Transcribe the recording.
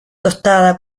tostada